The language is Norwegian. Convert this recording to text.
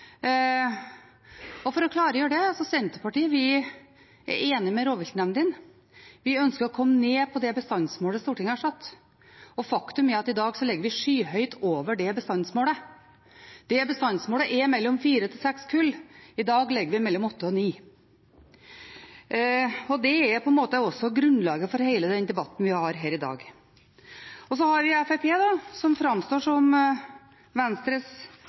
hvert. For å klargjøre: Senterpartiet er enig med rovviltnemndene. Vi ønsker å komme ned på det bestandsmålet Stortinget har satt. Faktum er at vi i dag ligger skyhøyt over. Bestandsmålet er på fire–seks kull, i dag ligger vi mellom åtte og ni. Det er også grunnlaget for hele den debatten vi har her i dag. Så har vi Fremskrittspartiet, som framstår som Venstres